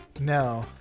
No